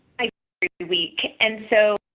i week and so,